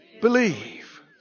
believe